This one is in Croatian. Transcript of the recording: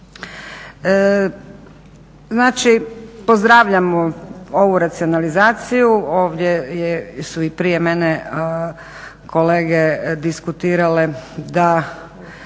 Znači pozdravljamo ovu racionalizaciju ovdje su i prije mene kolege diskutirale da